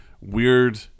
weird